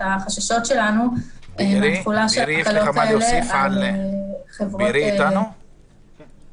החששות שלנו מהתחולה של ההקלות על חברות --- בארי,